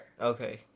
okay